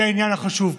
היא העניין החשוב פה.